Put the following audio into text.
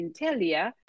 Intelia